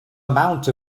amount